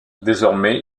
désormais